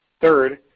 Third